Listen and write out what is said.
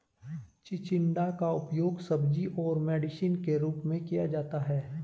चिचिण्डा का उपयोग सब्जी और मेडिसिन के रूप में किया जाता है